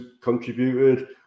contributed